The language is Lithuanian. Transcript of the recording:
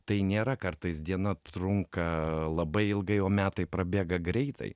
tai nėra kartais diena trunka labai ilgai o metai prabėga greitai